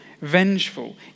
vengeful